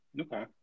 Okay